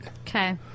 Okay